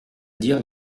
dire